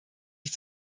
ich